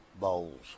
Bowls